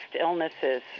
illnesses